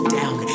down